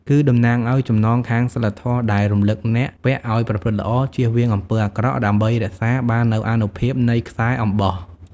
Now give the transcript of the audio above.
គឺតំណាងឲ្យ ចំណងខាងសីលធម៌ ដែលរំលឹកអ្នកពាក់ឲ្យប្រព្រឹត្តល្អ ជៀសវាងអំពើអាក្រក់ ដើម្បីរក្សាបាននូវអានុភាពនៃខ្សែអំបោះ។